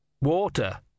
water